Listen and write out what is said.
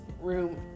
room